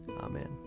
Amen